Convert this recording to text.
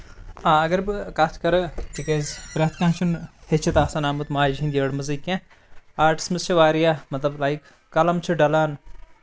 آ اَگر بہٕ کَتھ کرٕ تِکیازِ پرٛٮ۪تھ کانہہ چھُنہٕ ہٮ۪چھِتھ آسان آمُت ماجہِ ہِندۍ یٔڑ منٛزٕے کیٚنہہ آرٹٕس منٛز چھِ واریاہ مطلب لایِک قَلم چھِ ڈَلان